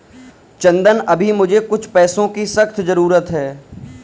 चंदन अभी मुझे कुछ पैसों की सख्त जरूरत है